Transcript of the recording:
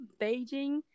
Beijing